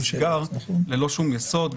התיק נסגר ללא שום יסוד,